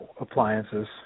appliances